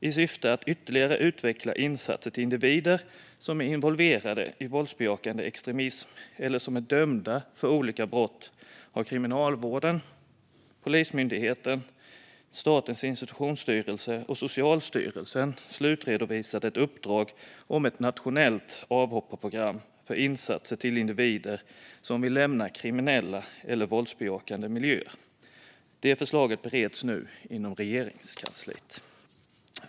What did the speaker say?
I syfte att ytterligare utveckla insatser till individer som är involverade i våldsbejakande extremism eller som är dömda för olika brott har Kriminalvården, Polismyndigheten, Statens institutionsstyrelse och Socialstyrelsen slutredovisat ett uppdrag om ett nationellt avhopparprogram för insatser till individer som vill lämna kriminella eller våldsbejakande miljöer. Det förslaget bereds nu inom Regeringskansliet.